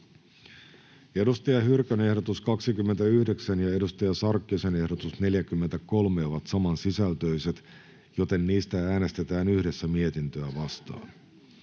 Saara Hyrkön ehdotus 30 ja Hanna Sarkkisen ehdotus 47 ovat samansisältöiset, joten niistä äänestetään yhdessä mietintöä vastaan.